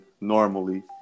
normally